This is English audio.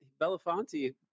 Belafonte